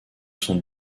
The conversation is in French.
son